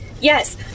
yes